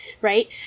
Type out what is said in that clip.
right